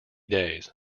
days